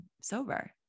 sober